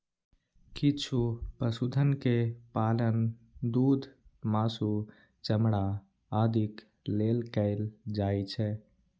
किछु पशुधन के पालन दूध, मासु, चमड़ा आदिक लेल कैल जाइ छै